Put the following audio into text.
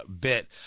bit